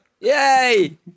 Yay